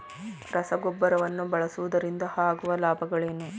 ರಸಗೊಬ್ಬರವನ್ನು ಬಳಸುವುದರಿಂದ ಆಗುವ ಲಾಭಗಳೇನು?